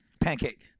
Pancake